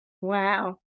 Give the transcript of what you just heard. wow